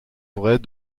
forêt